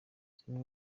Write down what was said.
zimwe